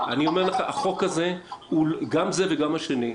גם לא מתוך איזושהי הבנה שאולי נעצור את זה.